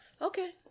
Okay